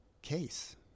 case